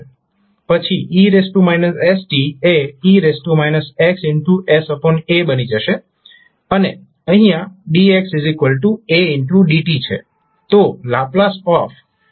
પછી e st એ e x sa બની જશે અને અહીં dx a dt છે